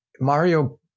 Mario